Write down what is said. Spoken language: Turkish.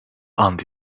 ant